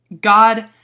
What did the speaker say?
God